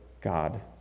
God